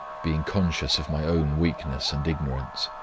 being conscious of my own weakness and ignorance.